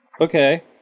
Okay